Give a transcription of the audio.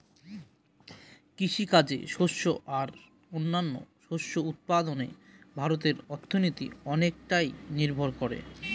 কৃষিকাজে শস্য আর ও অন্যান্য শস্য উৎপাদনে ভারতের অর্থনীতি অনেকটাই নির্ভর করে